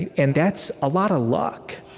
and and that's a lot of luck.